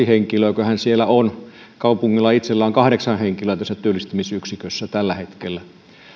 henkilöäköhän siellä on ja kaupungilla itsellään on kahdeksan henkilöä tässä työllistämisyksikössä tällä hetkellä